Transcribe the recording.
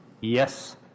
Yes